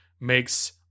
makes